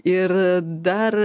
ir dar